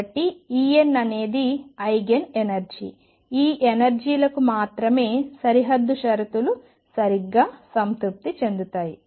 కాబట్టి En అనేది eigen energy ఈ ఎనర్జీ లకు మాత్రమే సరిహద్దు షరతులు సరిగ్గా సంతృప్తి చెందుతాయి